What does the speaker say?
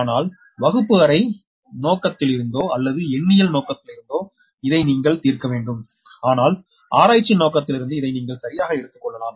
ஆனால் வகுப்பு அறை நோக்கத்திலிருந்தோ அல்லது எண்ணியல் நோக்கத்திலிருந்தோ இதை நீங்கள் தீர்க்க வேண்டும் ஆனால் ஆராய்ச்சி நோக்கத்திலிருந்து இதை நீங்கள் சரியாக எடுத்துக் கொள்ளலாம்